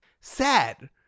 Sad